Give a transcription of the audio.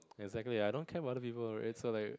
exactly I don't care about other people right so like